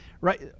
right